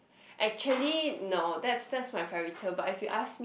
actually no that's that's my fairy tale but if you ask me